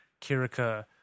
Kirika